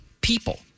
people